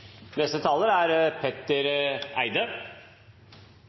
Neste talar er